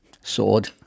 sword